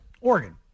Oregon